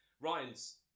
Ryan's